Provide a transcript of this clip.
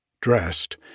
dressed